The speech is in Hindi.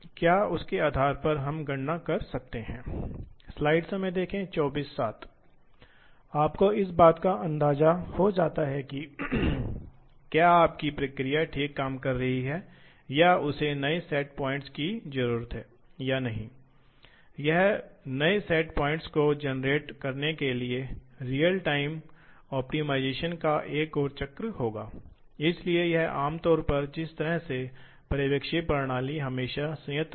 आम तौर पर पूर्ण प्रणाली को प्राथमिकता दी जाती है इसलिए आप देखते हैं कि यदि आप इन चार बिंदुओं के x अक्ष निर्देशांक निर्दिष्ट करना चाहते हैं तो वृद्धिशील प्रणाली में आप कहेंगे मान लीजिए कि यह x है यहां x निर्देशांक X है इसलिए यह जा रहा है X 300 कहें इसी तरह यह होने जा रहा है और एक बार आपने X 300 किया है अब आपकी वर्तमान स्थिति एक पर है इसलिए अब X X 300 में इस बिंदु का X समन्वय है और इस बिंदु का समन्वय है एक्स 500